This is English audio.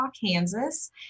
Kansas